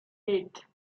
eight